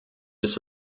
ist